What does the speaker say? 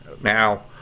now